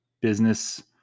business